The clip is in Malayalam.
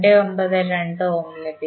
292 ഓം ലഭിക്കും